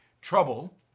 trouble